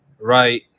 Right